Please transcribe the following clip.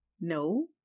No